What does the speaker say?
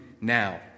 now